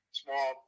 small